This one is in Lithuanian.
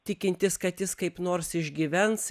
tikintis kad jis kaip nors išgyvens